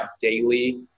daily